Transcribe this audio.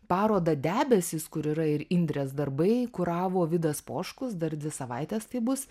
parodą debesys kur yra ir indrės darbai kuravo vidas poškus dar dvi savaites tai bus